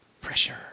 pressure